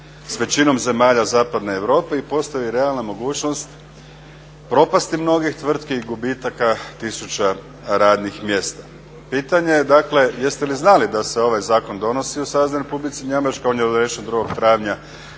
s većinom zemalja zapadne Europe i postoji realna mogućnost propasti mnogih tvrtki i gubitaka tisuća radnih mjesta. Pitanje je dakle, jeste li znali da se ovaj zakon donosi u Saveznoj Republici Njemačkoj. On je donesen 2. travnja